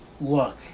look